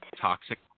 toxic